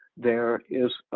there is